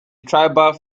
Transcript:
tribal